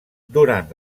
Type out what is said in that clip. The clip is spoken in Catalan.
durant